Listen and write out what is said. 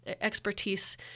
expertise